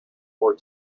war